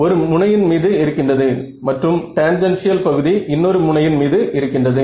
ஒரு முனையின் மீது இருக்கின்றது மற்றும் டேன்ஜென்ஷியல் பகுதி இன்னொரு முனையின் மீது இருக்கின்றது